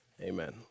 Amen